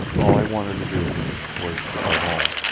all i wanted to do was to go home.